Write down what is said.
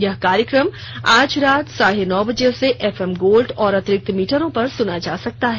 यह कार्यक्रम आज रात साढे नौ बजे से एफएम गोल्ड और अतिरिक्त मीटरों पर सुना जा सकता है